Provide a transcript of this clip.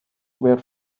were